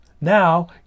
Now